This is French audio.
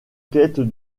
quête